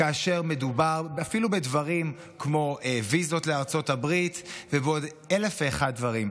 כאשר מדובר אפילו בדברים כמו ויזות לארצות הברית ובעוד אלף ואחד דברים.